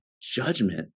judgment